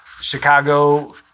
Chicago